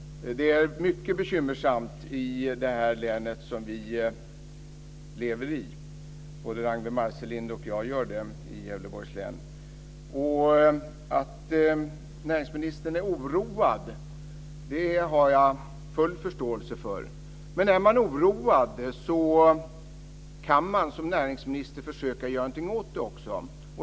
Det är mycket bekymmersamt i Gävleborgs län, som både Ragnwi Marcelind och jag lever i. Att näringsministern är oroad har jag full förståelse för, men är han oroad kan han som näringsminister försöka göra något åt det.